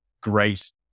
great